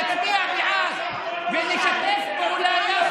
תצביע בעד ונשתף פעולה,